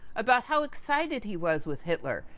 about how excited he was with hitler.